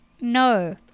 no